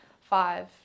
five